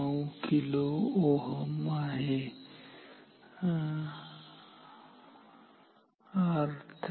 9 kΩ आहे R2 0